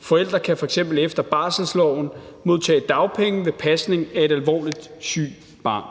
Forældre kan f.eks. efter barselsloven modtage dagpenge ved pasning af et alvorligt sygt barn.